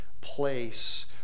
place